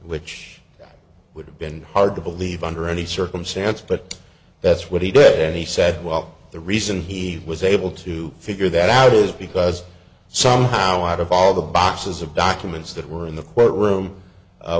which would have been hard to believe under any circumstance but that's what he did and he said well the reason he was able to figure that out is because somehow out of all the boxes of documents that were in the quote room